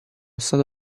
stato